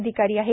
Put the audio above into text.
अधिकारी आहेत